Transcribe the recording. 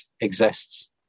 exists